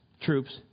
troops